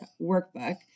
workbook